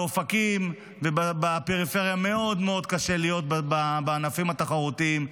באופקים ובפריפריה מאוד מאוד קשה להיות בענפים התחרותיים.